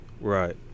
Right